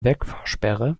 wegfahrsperre